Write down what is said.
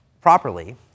properly